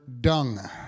dung